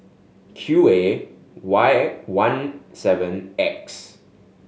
Q A Y one seven X